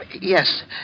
Yes